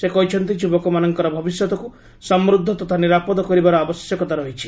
ସେ କହିଛନ୍ତି ଯୁବକମାନଙ୍କର ଭବିଷ୍ୟତକୁ ସମୃଦ୍ଧ ତଥା ନିରାପଦ କରିବାର ଆବଶ୍ୟକତା ରହିଛି